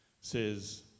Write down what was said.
says